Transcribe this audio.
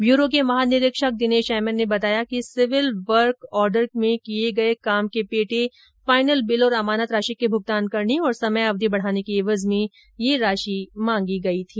bureau के महानिरीक्षक Dinesh MN ने बताया कि सिविल वर्क ऑर्डर के किये गये काम के पेटे फाइनल बिल और अमानत राशि के भुगतान करने और समयावधि बढाने की एवज में ये राशि मांगी गई थी